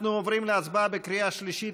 אנחנו עוברים להצבעה בקריאה שלישית,